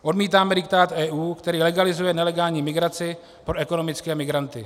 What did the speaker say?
Odmítáme diktát EU, který legalizuje nelegální migraci pro ekonomické migranty.